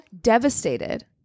devastated